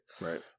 Right